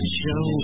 show